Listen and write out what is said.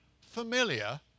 familiar